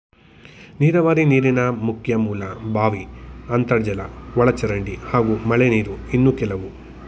ನೀರಾವರಿ ನೀರಿನ ಮುಖ್ಯ ಮೂಲ ಬಾವಿ ಅಂತರ್ಜಲ ಒಳಚರಂಡಿ ಹಾಗೂ ಮಳೆನೀರು ಇನ್ನು ಕೆಲವು